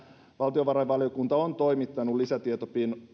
valtiovarainvaliokunta on toimittanut lisätietopyynnön